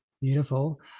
beautiful